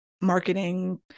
marketing